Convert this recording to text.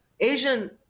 Asian